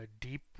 deep